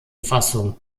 fassung